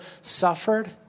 suffered